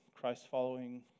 Christ-following